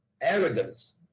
arrogance